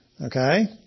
Okay